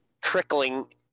trickling